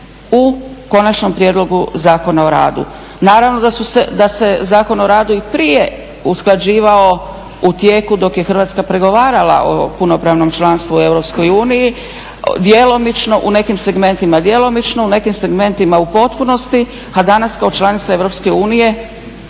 u konačnom prijedlogu Zakona o radu. Naravno da se Zakon o radu i prije usklađivao u tijeku dok je Hrvatska pregovarala o punopravnom članstvu u EU, djelomično. U nekim segmentima djelomično, u nekim segmentima u potpunosti, a danas kao članica EU